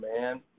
man